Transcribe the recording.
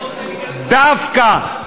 דווקא.